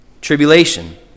Tribulation